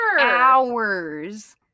hours